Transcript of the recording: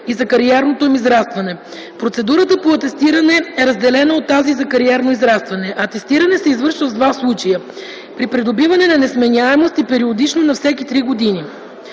и за кариерното им израстване. Процедурата по атестиране е разделена от тази за кариерно израстване. Атестиране се извършва в два случая: при придобиване на несменяемост и периодично – на всеки три години.